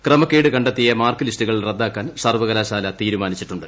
ക്രമക്കേട് കണ്ടെത്തിയ മാർക്ക് ലിസ്റ്റുകൾ റദ്ദാക്കാൻ സർവ്വകലാശാല തീരുമാനിച്ചിട്ടുണ്ട്